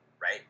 right